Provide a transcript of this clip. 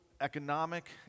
economic